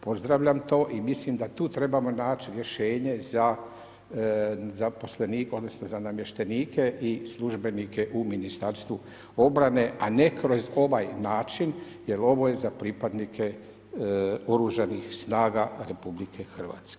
Pozdravljam to i mislim da tu trebamo naći rješenje za zaposlenike odnosno za namještenike i službenike u Ministarstvu obrane a ne kroz ovaj način jer ovo je za pripadnike OS-a RH.